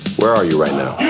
where are you right now.